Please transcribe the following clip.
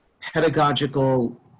pedagogical